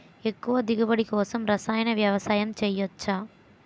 ఎక్కువ దిగుబడి కోసం రసాయన వ్యవసాయం చేయచ్చ?